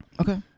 okay